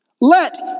Let